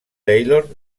taylor